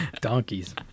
Donkeys